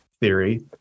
theory